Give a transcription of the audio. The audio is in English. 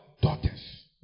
Daughters